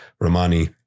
Romani